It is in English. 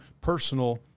personal